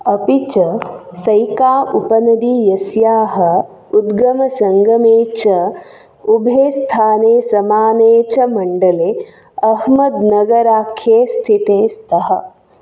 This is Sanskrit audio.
अपि च सैका उपनदी यस्याः उद्ग्रमसङ्गमे च उभये स्थाने समाने च मण्डले अह्मद्नगराख्ये स्थिते स्तः